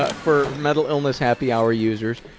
ah for mental illness happy hour users,